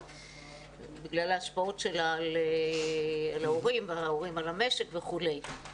בגלל ההשפעות שלה על ההורים וההורים על המשק וכולי.